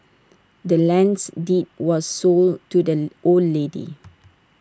the land's deed was sold to the old lady